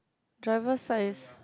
driver side is